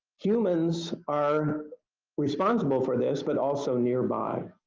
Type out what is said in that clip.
humans are responsible for this, but also nearby.